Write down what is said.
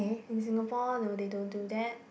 in Singapore no they don't do that